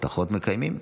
הבטחות מקיימים.